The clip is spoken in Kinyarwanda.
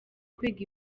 kwiga